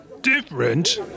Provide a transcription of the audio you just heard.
Different